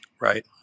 right